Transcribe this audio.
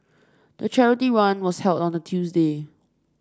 the charity run was held on a Tuesday